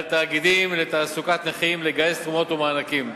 תאגידים לתעסוקת נכים לגייס תרומות ומענקים.